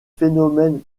phénomènes